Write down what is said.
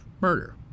murder